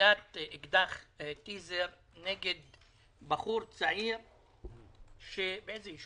הפעלת אקדח טיזר נגד בחור צעיר בחולון